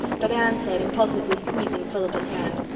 but anne said, impulsively squeezing philippa's hand,